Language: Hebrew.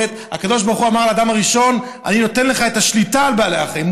הקדוש ברוך הוא אמר לאדם הראשון: אני נותן לך את השליטה על בעלי החיים,